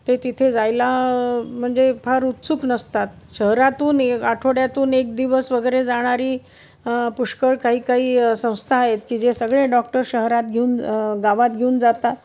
ते तिथे जायला म्हणजे फार उत्सुक नसतात शहरातून एक आठवड्यातून एक दिवस वगैरे जाणारी पुष्कळ काही काही संस्था आहेत की जे सगळे डॉक्टर शहरात घेऊन गावात घेऊन जातात